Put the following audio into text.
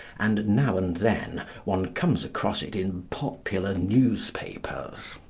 and, now and then, one comes across it in popular newspapers.